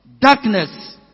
Darkness